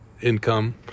income